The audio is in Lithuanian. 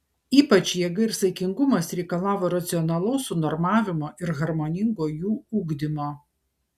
ypač jėga ir saikingumas reikalavo racionalaus sunormavimo ir harmoningo jų ugdymo